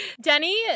denny